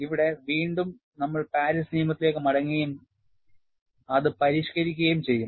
ഇവിടെ വീണ്ടും നമ്മൾ പാരീസ് നിയമത്തിലേക്ക് മടങ്ങുകയും അത് പരിഷ്കരിക്കുകയും ചെയ്യും